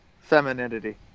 femininity